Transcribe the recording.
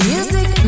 Music